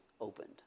opened